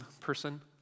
person